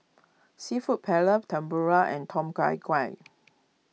Seafood Paella Tempura and Tom Gai